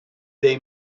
they